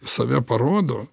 save parodo